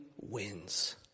wins